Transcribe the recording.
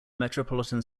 metropolitan